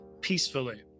peacefully